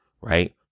right